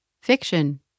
Fiction